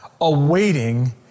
awaiting